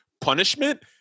punishment